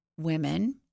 women